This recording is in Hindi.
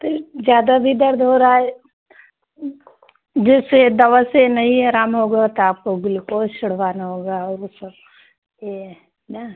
तो ज़्यादा भी दर्द हो रहा है जिससे दवा से नहीं आराम होगा तो आपको ग्लूकोज़ चढ़वाना होगा और वह सब यह ना